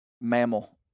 mammal